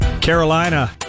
Carolina